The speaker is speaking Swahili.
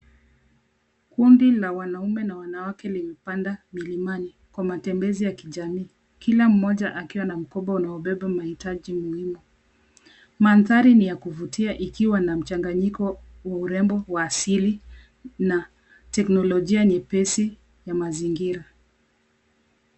Kundi la wanaume na wanawake limepanda mlimani, kwa matembezi ya kijamii. Kila mmoja akiwa na mkoba unaobeba mahitaji muhimu. Mandhari ni ya kuvutia ikiwa na mchanganyiko wa urembo wa asili na teknolojia nyepesi ya mazingira.